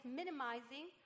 minimizing